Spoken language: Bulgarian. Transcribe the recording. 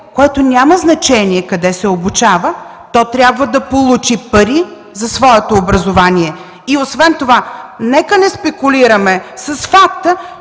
което няма значение къде се обучава, то трябва да получи пари за своето образование. И освен това нека не спекулираме с факта,